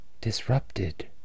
disrupted